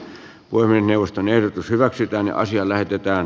voimme neuvoston ehdotus hyväksytään ja asia näytetään